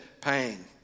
pain